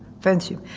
friendship.